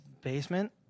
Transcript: basement